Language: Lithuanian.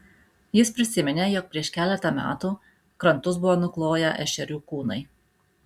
jis prisiminė jog prieš keletą metų krantus buvo nukloję ešerių kūnai